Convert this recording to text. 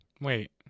Wait